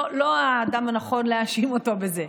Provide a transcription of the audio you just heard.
לא האדם הנכון להאשים אותו בזה.